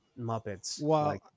Muppets